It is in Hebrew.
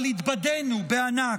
אבל התבדינו בענק.